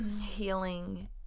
healing